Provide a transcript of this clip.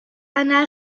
anna